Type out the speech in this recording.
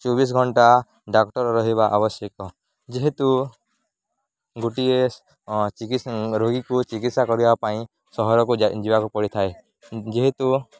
ଚବିଶ ଘଣ୍ଟା ଡାକ୍ତର ରହିବା ଆବଶ୍ୟକ ଯେହେତୁ ଗୋଟିଏ ରୋଗୀକୁ ଚିକିତ୍ସା କରିବା ପାଇଁ ସହରକୁ ଯିବାକୁ ପଡ଼ିଥାଏ ଯେହେତୁ